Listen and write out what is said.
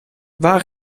waar